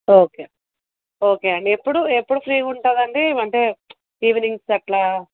okay okay అండి ఎప్పుడు ఎప్పుడు ఫ్రీగా ఉంటుందండి అంటే ఈవినింగ్స్ అలా